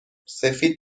سفید